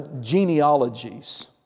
genealogies